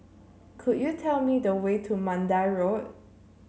could you tell me the way to Mandai Road